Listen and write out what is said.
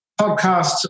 podcasts